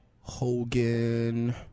Hogan